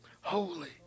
holy